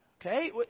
Okay